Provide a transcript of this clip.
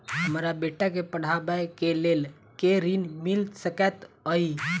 हमरा बेटा केँ पढ़ाबै केँ लेल केँ ऋण मिल सकैत अई?